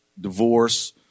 divorce